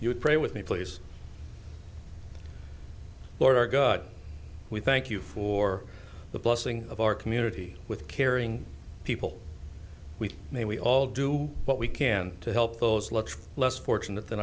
you would pray with me please lord our god we thank you for the blessing of our community with caring people we may we all do what we can to help those less fortunate than